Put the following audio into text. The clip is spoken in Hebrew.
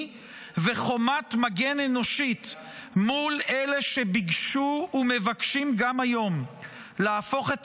וחומת מגן אנושית מול אלה שביקשו ומבקשים גם היום להפוך את